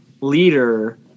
leader